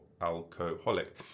alcoholic